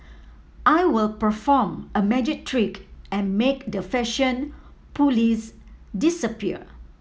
I will perform a magic trick and make the fashion police disappear